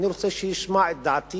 ואני רוצה שישמע את דעתי